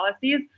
policies